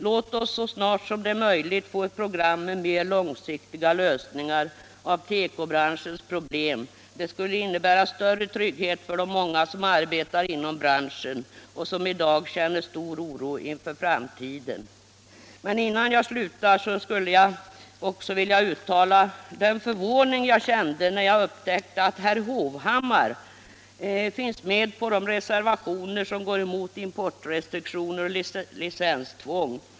Låt oss så snart som det är möjligt få ett program med mer långsiktiga lösningar av tekobranschens problem. Det skulle innebära större trygghet för de många som arbetar inom branschen och som i dag känner stor oro inför framtiden. Till sist skulle jag också vilja uttala den förvåning jag kände när jag upptäckte att herr Hovhammar finns med på de reservationer som går emot importrestriktioner och licenstvång.